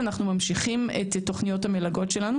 אנחנו ממשיכים את תוכניות המלגות שלנו,